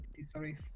sorry